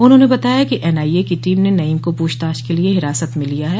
उन्होंने बताया कि एनआईए की टीम ने नईम को प्रछताछ के लिए हिरासत में लिया है